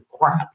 crap